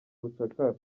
ubucakara